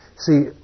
See